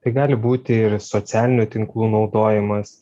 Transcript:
tai gali būti ir socialinių tinklų naudojimas